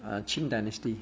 uh qing dynasty